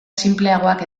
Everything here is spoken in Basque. sinpleagoak